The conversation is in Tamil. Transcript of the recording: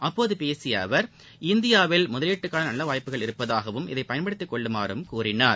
அப்போது பேசிய அவர் இந்தியாவில் முதலீட்டுக்கான நல்ல வாய்ப்புகள் இருப்பதாகவும் இதை பயன்படுத்திக் கொள்ளுமாறும் கூறினார்